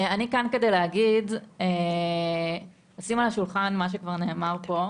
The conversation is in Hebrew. אני כאן כדי לשים על השולחן מה שכבר נאמר פה,